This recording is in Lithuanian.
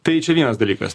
tai čia vienas dalykas